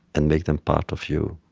and make them part of you.